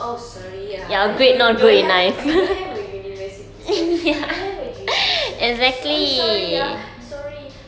oh sorry ah you don't have you don't have a university cert you don't have a J_C cert so sorry ah sorry